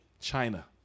China